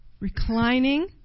Reclining